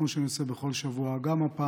כמו שאני עושה בכל שבוע, גם הפעם